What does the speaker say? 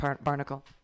barnacle